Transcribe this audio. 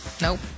Nope